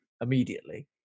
immediately